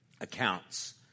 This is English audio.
accounts